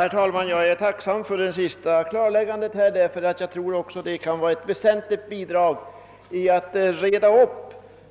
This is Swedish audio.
Herr talman! Jag är tacksam för socialministerns sista klarläggande därför att jag tror att det också kan vara ett väsentligt bidrag till att avlägsna